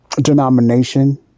denomination